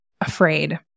afraid